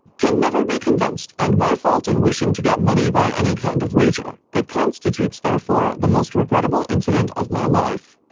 can never be convinced and my fault in wishing to get money by any kind of wager. it constitutes therefore the most regrettable incident of my life.